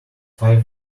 five